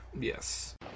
Yes